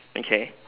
okay